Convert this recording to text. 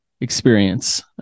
experience